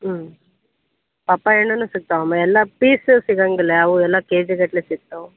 ಹ್ಞೂ ಪಪ್ಪಾಯ ಹಣ್ಣು ಸಿಗ್ತಾವಮ್ಮ ಎಲ್ಲ ಪೀಸು ಸಿಗೋಂಗಿಲ್ಲ ಯಾವು ಎಲ್ಲ ಕೆ ಜಿಗಟ್ಟಲೆ ಸಿಗ್ತಾವೆ